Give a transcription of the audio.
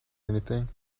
anything